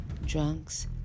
drunks